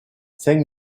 saint